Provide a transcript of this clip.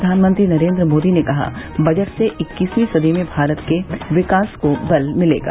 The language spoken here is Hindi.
प्रधानमंत्री नरेन्द्र मोदी ने कहा बजट से इक्कीसवीं सदी में भारत के विकास को बल मिलेगा